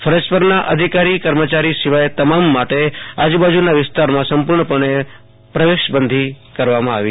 ફરજ પરના અધિકારી કર્મચારી સિવાય તમામ માટે આજૂબાજૂના વિસ્તારમાં સંપૂર્ણપણે પ્રવેશબંધી કરવામાં આવી છે